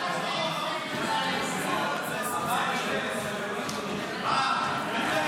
הצעת ועדת הכספים בדבר צו הבלו על הדלק (הטלת בלו) (תיקון מס'